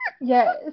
Yes